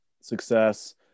success